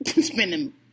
spending